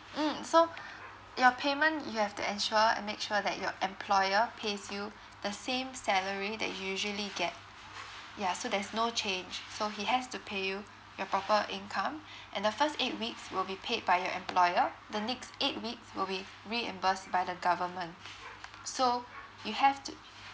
mmhmm so your payment you have to ensure and make sure that your employer pays you the same salary that you usually get yeah so there's no change so he has to pay you your proper income and the first eight weeks will be paid by your employer the next eight weeks will be reimbursed by the government so you have to